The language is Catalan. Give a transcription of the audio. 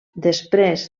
després